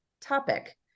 topic